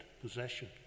possession